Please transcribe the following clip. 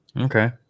Okay